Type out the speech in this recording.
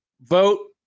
vote